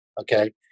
Okay